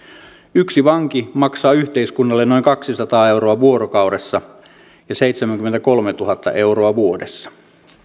yksi vanki maksaa yhteiskunnalle noin kaksisataa euroa vuorokaudessa ja seitsemänkymmentäkolmetuhatta euroa vuodessa